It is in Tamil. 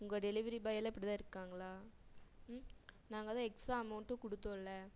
உங்கள் டெலிவரி பாய் எல்லாம் இப்படி தான் இருக்காங்களா ம் நாங்கள் தான் எக்ஸ்ஸாக அமௌன்ட்டும் கொடுத்தோல்ல